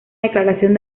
declaración